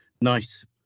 nice